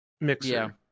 mixer